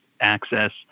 access